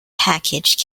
package